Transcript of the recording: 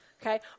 okay